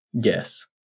yes